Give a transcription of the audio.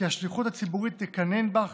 כי השליחות הציבורית תקנן בך